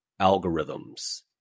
algorithms